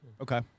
Okay